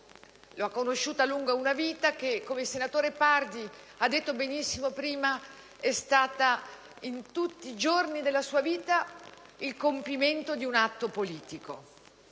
l'ha conosciuta lungo una vita che, come il senatore Pardi ha detto benissimo prima, è stata, sempre, in tutti i suoi giorni, il compimento di un atto politico.